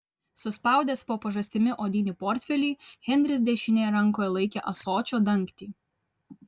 suspaudęs po pažastimi odinį portfelį henris dešinėje rankoje laikė ąsočio dangtį